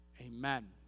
Amen